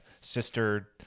sister